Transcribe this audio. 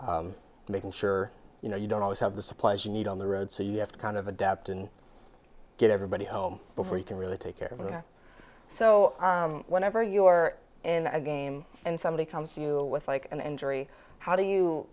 and making sure you know you don't always have the supplies you need on the road so you have to kind of adapt and get everybody home before you can really take care of that so whenever you're in a game and somebody comes to you with like an injury how do you